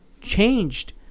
Changed